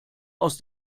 aus